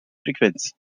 frequenz